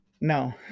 no